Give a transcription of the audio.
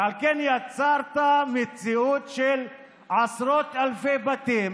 ועל כן יצרת מציאות של עשרות אלפי בתים